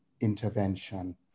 intervention